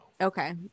Okay